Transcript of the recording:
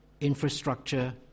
Infrastructure